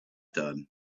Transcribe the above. done